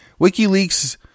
WikiLeaks